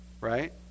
right